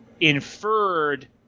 inferred